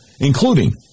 including